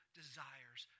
desires